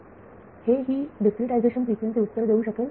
विद्यार्थी हे ही डीस्क्रीटायझेशन फ्रिक्वेन्सी उत्तर देऊ शकेल